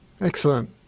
Excellent